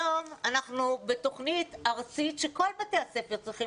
היום אנחנו בתוכנית ארצית שכל בתי הספר צריכים